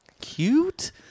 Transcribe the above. cute